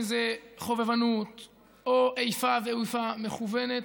אם זה חובבנות או איפה ואיפה מכוונת.